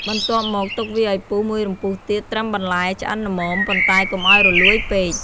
បន្ទាប់មកទុកវាឲ្យពុះមួយរំពុះទៀត ត្រឹមបន្លែឆ្អិនល្មម ប៉ុន្តែកុំឲ្យរលួយពេក។